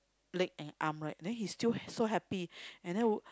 leg and arm right then he still so happy and then